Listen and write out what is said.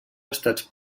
estats